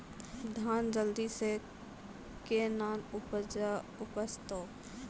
धान जल्दी से के ना उपज तो?